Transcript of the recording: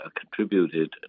contributed